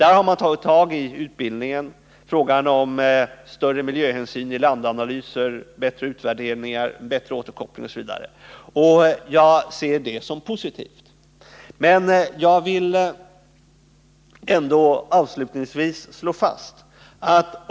Man har tagit tag i utbildningen, i frågan om större miljöhänsyn i landanalyser, i frågan om bättre utvärderingar och bättre återkoppling osv. Jag ser det som positivt. Men jag vill ändå avslutningsvis slå fast följande.